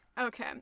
Okay